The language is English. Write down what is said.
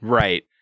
right